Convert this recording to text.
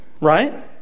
right